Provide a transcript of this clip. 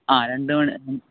ആ രണ്ടുമണിവരെ